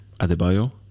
Adebayo